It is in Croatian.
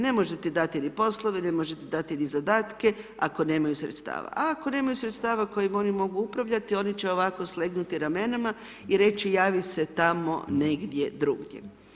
Ne možete dati ni poslove, ne možete dati ni zadatke ako nemaju sredstava, a ako nemaju sredstava kojima oni mogu upravljati oni će ovako slegnuti ramenima i reći, javi se tamo negdje drugdje.